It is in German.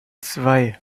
zwei